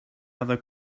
other